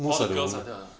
all the girls like that ah